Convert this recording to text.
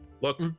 look